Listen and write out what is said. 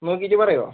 നോക്കിയിട്ട് പറയുമോ